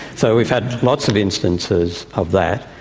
so we've had lots of instances of that.